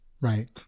Right